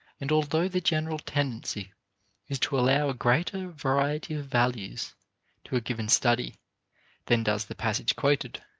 and although the general tendency is to allow a greater variety of values to a given study than does the passage quoted,